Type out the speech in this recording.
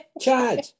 Chad